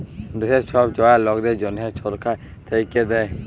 দ্যাশের ছব জয়াল লকদের জ্যনহে ছরকার থ্যাইকে দ্যায়